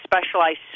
specialized